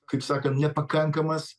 kaip sakant nepakankamas